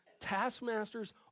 taskmasters